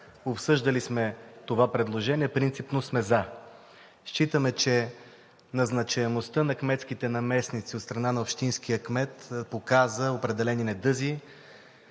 обсъждали сме това предложение, принципно сме „за“. Считаме, че назначаемостта на кметските наместници от страна на общинския кмет показа определени недъзи.